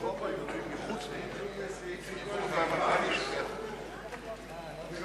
אולי